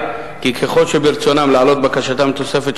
מתייחסים.